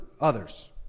others